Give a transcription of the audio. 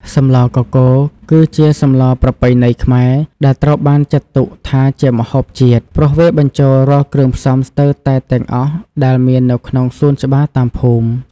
សម្លកកូរ គឺជាសម្លប្រពៃណីខ្មែរ ដែលត្រូវបានចាត់ទុកថាជាម្ហូបជាតិ ព្រោះវាបញ្ចូលរាល់គ្រឿងផ្សំស្ទើរតែទាំងអស់ដែលមាននៅក្នុងសួនច្បារតាមភូមិ។